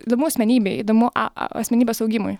įdomu asmenybei įdomu a asmenybės augimui